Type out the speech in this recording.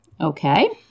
okay